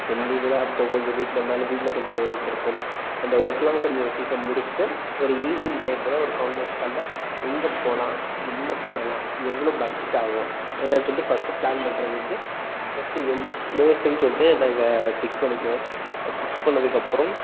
செம் லீவுன்னா அப்போது கொஞ்சம் வீட்டில் இருந்தாலும் வீட்டில் கொஞ்சம் ஒர்க்கு இருக்கும் அந்த ஒர்க்குலாம் கொஞ்சம் சீக்கிரம் முடிச்சுட்டு ஒரு ஈவினிங் டைம் போல் ஒரு கான்ஃப்ரன்ஸ் காலில் எங்கே போகலாம் என்ன பண்ணலாம் எவ்வளோ பட்ஜெட் ஆகும் எல்லாம் சொல்லிட்டு ஃபஸ்ட்டு ப்ளான் பண்ணுறதுக்கு ஃபஸ்ட்டு எந்த ப்ளேஸ்னு சொல்லிட்டு நாங்கள் ஃபிக்ஸ் பண்ணிக்குவோம் ஃபிக்ஸ் பண்ணதுக்கு அப்புறம்